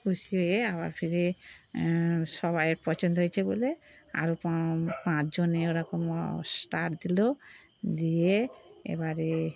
খুশি হয়ে আবার ফিরে সবাই পছন্দ হয়েছে বলে আরও পা পাঁচ জনে ওরকম স্টার দিলো দিয়ে এবারে